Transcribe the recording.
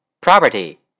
Property